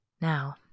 Now